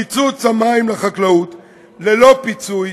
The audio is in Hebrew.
קיצוץ המים לחקלאות ללא פיצוי